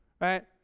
right